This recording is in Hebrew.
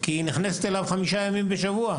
היא זו שמגיעה אליו במשך חמישה ימים בשבוע,